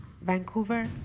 Vancouver